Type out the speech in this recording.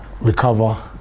recover